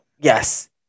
Yes